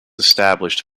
established